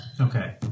Okay